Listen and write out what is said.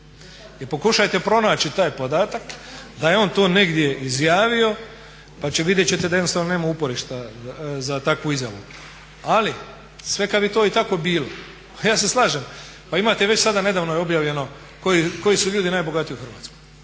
I pokušajte pronaći taj podatak da je on negdje izjavio, pa vidjet ćete da jednostavno nema uporišta za takvu izjavu. Ali sve kad bi to i tako bilo, pa ja se slažem. Pa imate već sada nedavno je objavljeno koji su ljudi najbogatiji u Hrvatskoj.